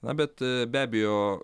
na bet be abejo